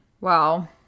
Wow